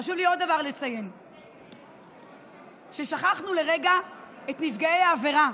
חשוב לי לציין עוד דבר: שכחנו לרגע את נפגעי העבירה,